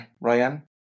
Ryan